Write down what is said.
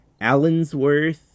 Allensworth